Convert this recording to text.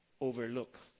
overlook